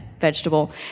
vegetable